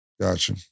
Gotcha